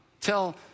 tell